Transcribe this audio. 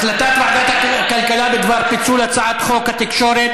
החלטת ועדת הכלכלה בדבר פיצול חוק התקשורת